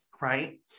right